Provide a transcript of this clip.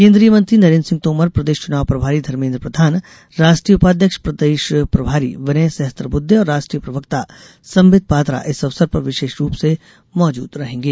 केन्द्रीय मंत्री नरेन्द्र सिंह तोमर प्रदेश चुनाव प्रभारी धर्मेन्द्र प्रधान राष्ट्रीय उपाध्यक्ष प्रदेश प्रभारी विनय सहस्त्रबुद्धे और राष्ट्रीय प्रवक्ता संबित पात्रा इस अवसर पर विशेष रूप से मौजूद रहेंगे